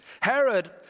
Herod